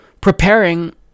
preparing